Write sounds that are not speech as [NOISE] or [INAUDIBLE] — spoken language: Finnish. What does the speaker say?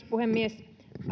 [UNINTELLIGIBLE] puhemies